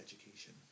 education